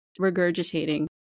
regurgitating